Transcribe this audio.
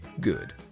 Good